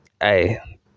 hey